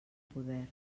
poder